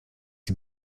die